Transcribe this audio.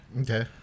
Okay